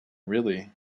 really